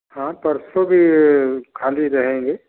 हाँ परसों भी खाली रहेंगे